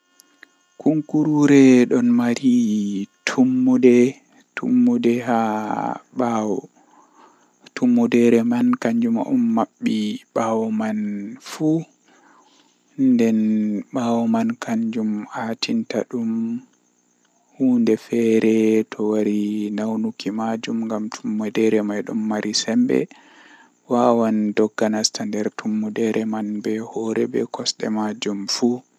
Ndikkanami mi mara ceede ɗuɗɗi haa dow wakkati duɗde ngam wakkati ɗo no ɗuuɗiri fuu to awala ceede ni ɗum bone ayarato amma to aɗon mari ceede no wakkati man famɗiri fuu to aɗon mari cede ananan belɗum ceede man masin